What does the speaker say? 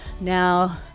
Now